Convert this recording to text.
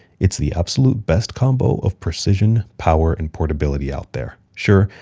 it's the absolute best combo of precision, power and portability out there. sure,